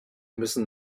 müssen